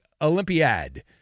Olympiad